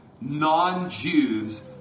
non-Jews